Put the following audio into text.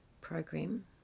program